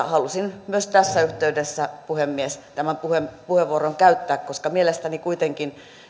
halusin myös tässä yhteydessä puhemies tämän puheenvuoron käyttää koska mielestäni kuitenkin